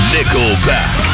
Nickelback